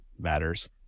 matters